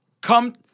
Come